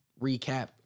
recap